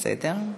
בסדר.